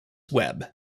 webb